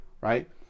right